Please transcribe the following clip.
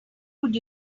would